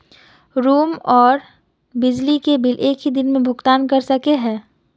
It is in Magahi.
रूम आर बिजली के बिल एक हि दिन भुगतान कर सके है?